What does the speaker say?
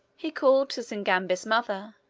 he called sysigambis mother,